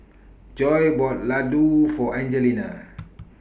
Joy bought Ladoo For Angelina